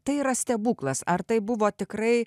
tai yra stebuklas ar tai buvo tikrai